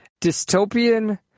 dystopian